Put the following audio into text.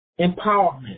empowerment